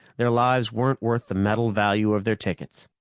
their lives weren't worth the metal value of their tickets.